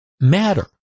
matter